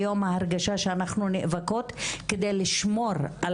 היום ההרגשה שאנחנו נאבקות כדי לשמור על